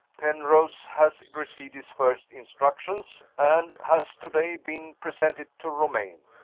penrose has received his first instructions, and has to-day been presented to romayne.